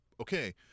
Okay